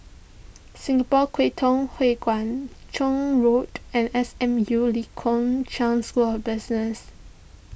Singapore Kwangtung Hui Kuan Joan Road and S M U Lee Kong Chian School of Business